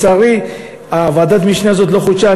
לצערי, ועדת המשנה הזאת לא חודשה.